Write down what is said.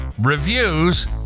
reviews